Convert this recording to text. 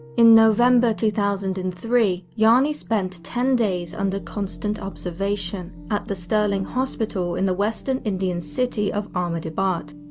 in november two thousand and three jani spent ten days under constant observation at the sterling hospital, in the western indian city of ahmedabad.